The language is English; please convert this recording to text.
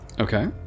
Okay